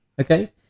Okay